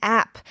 app